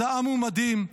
אז העם הוא מדהים,